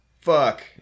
Fuck